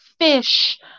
fish